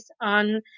on